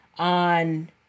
On